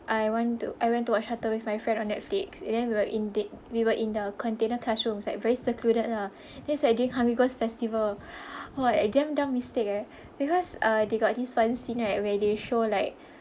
I want to I went to watch shutter with my friend on Netflix and then we were in de~ we were in the container classrooms like very secluded lah then it's like during hungry ghost festival !wah! I damn dumb mistake eh because err they got this [one] scene right where they show like